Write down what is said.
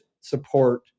support